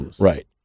Right